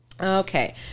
okay